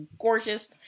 gorgeous